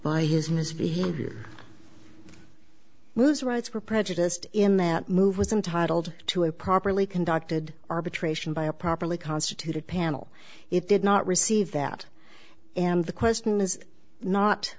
by his misbehavior moves rights were prejudiced in that move was entitled to a properly conducted arbitration by a properly constituted panel it did not receive that and the question is not